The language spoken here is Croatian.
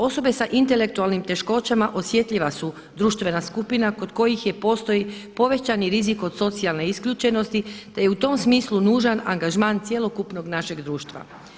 Osobe sa intelektualnim teškoćama osjetljiva su društvena skupina kod kojih postoji povećani rizik od socijalne isključenosti, te je u tom smislu nužan angažman cjelokupnog našeg društva.